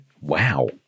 Wow